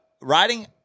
riding